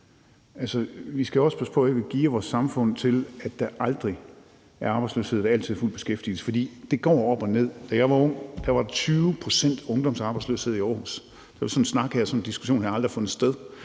Vi skal også passe på, at vi ikke gearer vores samfund til, at der aldrig er arbejdsløshed, og at der altid er fuld beskæftigelse, for det går op og ned. Da jeg var ung, var der 20 pct.s ungdomsarbejdsløshed i Aarhus. Der ville sådan en snak og sådan en diskussion her aldrig have fundet sted.